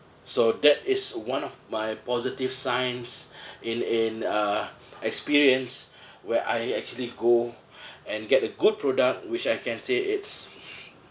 so that is one of my positive signs in in uh experience where I actually go and get a good product which I can say it's